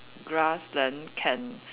grass then can